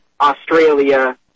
Australia